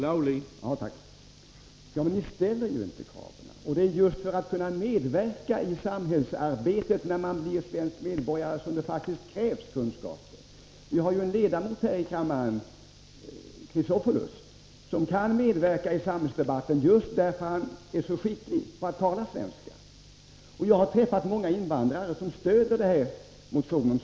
Herr talman! Men ni ställer ju inga krav. Det är just för att invandrarna skall kunna medverka i samhällsarbetet när de blivit svenska medborgare som det faktiskt krävs kunskaper. Vi har ju en ledamot här i kammaren — Alexander Chrisopoulos — som kan medverka i samhällsdebatten just därför 39 att han är så skicklig i svenska. Jag har träffat många invandrare som stöder den här motionen.